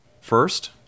first